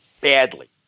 badly